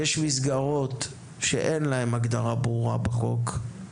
יש מסגרות שאין להן הגדרה ברורה בחוק.